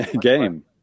game